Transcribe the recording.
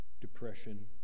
depression